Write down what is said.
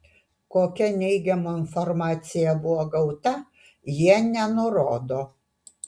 kokia neigiama informacija buvo gauta jie nenurodo